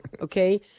Okay